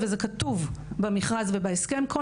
זה כתוב במכרז ובהסכם,